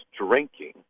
drinking